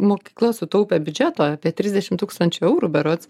mokykla sutaupė biudžeto apie trisdešim tūkstančių eurų berods